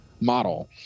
Model